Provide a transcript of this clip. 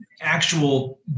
actual